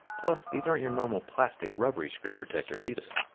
plus, these aren't your normal plastic rubbery screen protectors either.